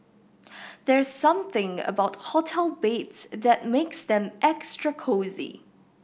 there's something about hotel beds that makes them extra cosy